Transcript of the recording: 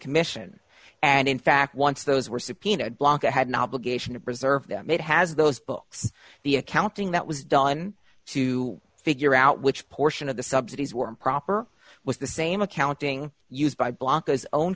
commission and in fact once those were subpoenaed blanca had an obligation to preserve them it has those books the accounting that was done to figure out which portion of the subsidies were improper was the same accounting used by blockers own